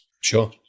Sure